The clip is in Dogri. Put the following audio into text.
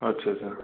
अच्छा अच्छा